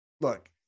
look